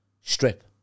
strip